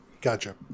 gotcha